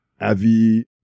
Avi